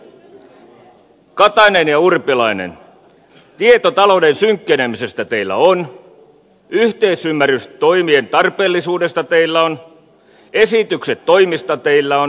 katainen ja urpilainen tieto talouden synkkenemisestä teillä on yhteisymmärrys toimien tarpeellisuudesta teillä on esitykset toimista teillä on